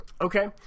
Okay